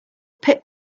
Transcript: pit